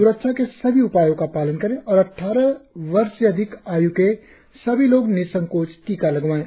स्रक्षा के सभी उपायों का पालन करें और अद्वारह वर्ष से अधिक आय् के सभी लोग निसंकोच टीका लगवाएं